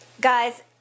Guys